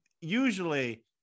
usually